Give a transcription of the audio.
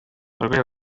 abarwayi